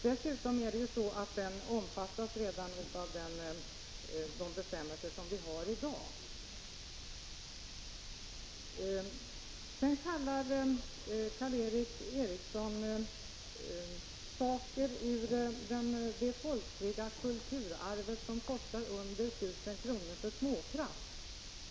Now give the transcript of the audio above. Dessutom omfattas ju den av de bestämmelser som gäller i dag. Karl Erik Eriksson kallade föremål ur det folkliga kulturarvet som kostar under 1 000 kr. för småkrafs.